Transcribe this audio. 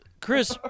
chris